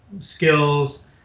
skills